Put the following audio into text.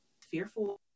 fearful